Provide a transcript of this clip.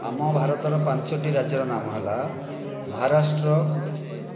ଆମ ଭାରତର ପାଞ୍ଚଟି ରାଜ୍ୟର ନାମ ହେଲା ମହାରାଷ୍ଟ୍ର